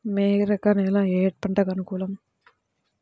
మెరక నేల ఏ పంటకు అనుకూలం?